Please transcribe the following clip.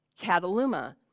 Cataluma